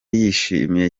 yishimiye